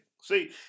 See